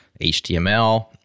HTML